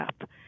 up